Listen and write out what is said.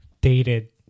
dated